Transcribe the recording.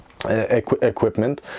equipment